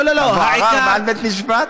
אבו עראר, מעל בית-משפט?